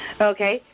Okay